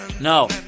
No